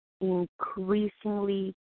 increasingly